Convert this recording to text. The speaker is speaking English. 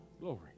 Glory